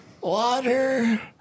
Water